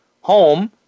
home